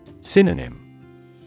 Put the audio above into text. Synonym